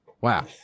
Wow